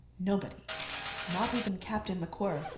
nobody not even captain macwhirr,